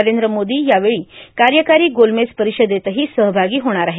नरेंद्र मोदी यावेळी कार्यकारी गोलमेज परिषदेतही सहभागी होणार आहेत